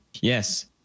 Yes